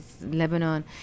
Lebanon